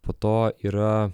po to yra